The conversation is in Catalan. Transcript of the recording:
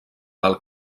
del